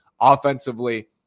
offensively